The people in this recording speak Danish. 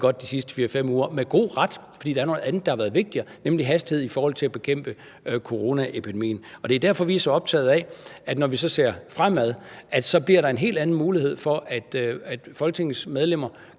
godt de sidste 4-5 uger – og med god ret, fordi der er noget andet, der har været vigtigere, nemlig hastighed i forhold til at bekæmpe coronaepidemien. Det er jo derfor, vi er så optaget af, at der, når vi så ser fremad, bliver en helt anden mulighed for, at Folketingets medlemmer